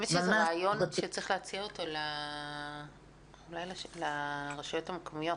אני חושבת שזה רעיון שצריך להציע אותו לרשויות המקומיות.